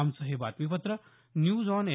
आमचं हे बातमीपत्र न्यूज ऑन ए